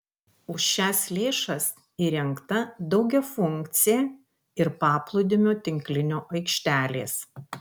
už šias lėšas įrengta daugiafunkcė ir paplūdimio tinklinio aikštelės